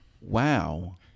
Wow